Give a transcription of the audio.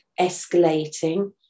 escalating